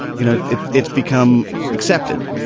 you know, it's it's become accepted,